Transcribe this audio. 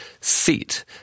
seat